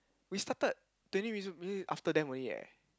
we started twenty minutes minutes after them only eh